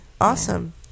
Awesome